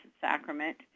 Sacrament